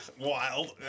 wild